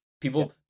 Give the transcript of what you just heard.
People